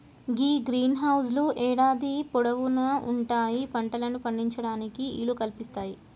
గీ greenhouse లు యేడాది పొడవునా కొన్ని పంటలను పండించటానికి ఈలు కల్పిస్తాయి